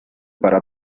para